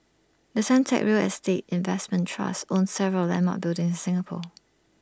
the Suntec real estate investment trust owns several landmark buildings in Singapore